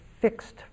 fixed